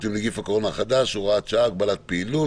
עם נגיף הקורונה החדש (הוראת שעה) (הגבלת פעילות)